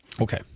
Okay